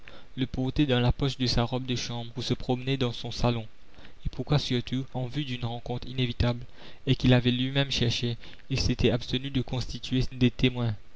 le portait dans la poche de sa robe de chambre pour se promener dans son salon et pourquoi surtout en vue d'une rencontre inévitable et qu'il avait lui-même cherchée il s'était abstenu de constituer des témoins